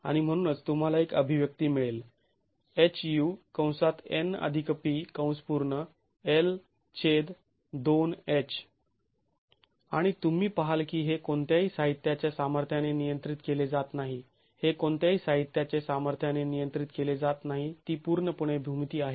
आणि म्हणूनच तुम्हाला एक अभिव्यक्ती मिळेल आणि तुम्ही पहाल की हे कोणत्याही साहित्याच्या सामर्थ्याने नियंत्रित केले जात नाही हे कोणत्याही साहित्याचे सामर्थ्याने नियंत्रित केले जात नाही ती पूर्णपणे भूमिती आहे